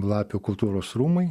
lapių kultūros rūmai